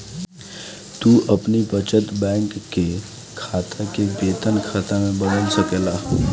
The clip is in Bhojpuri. तू अपनी बचत बैंक के खाता के वेतन खाता में बदल सकेला